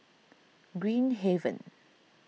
Green Haven